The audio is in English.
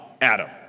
Adam